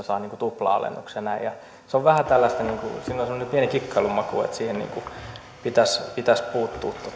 saa niin kuin tupla alennuksen siinä on pieni kikkailun maku ja siihen pitäisi pitäisi puuttua